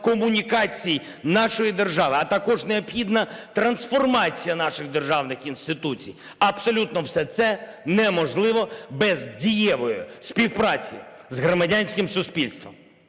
комунікацій нашої держави, а також необхідна трансформація наших державних інституцій. Абсолютно все це неможливо без дієвої співпраці з громадянським суспільством.